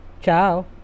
ciao